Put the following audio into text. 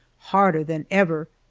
harder than ever.